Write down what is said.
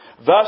Thus